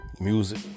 music